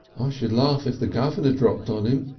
ah should laugh if the governor dropped on him,